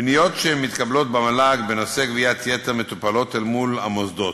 פניות שמתקבלות במל"ג בנושא גביית יתר מטופלות אל מול המוסדות.